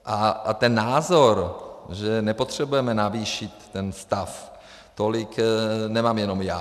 A ten názor, že nepotřebujeme navýšit ten stav tolik, nemám jenom já.